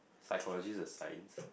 psychology is a science